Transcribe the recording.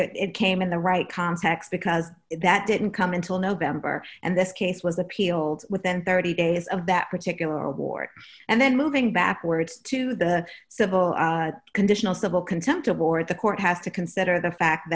it came in the right context because that didn't come until november and this case was appealed within thirty days of that particular award and then moving backwards to the civil conditional civil contempt award the court has to consider the fact